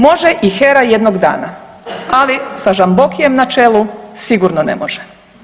Može i HERA jednog dana, ali sa Žambokijem na čelu sigurno ne može.